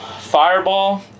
Fireball